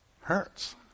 Hurts